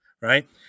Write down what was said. right